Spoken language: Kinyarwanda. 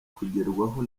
kugerwaho